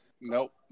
nope